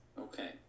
Okay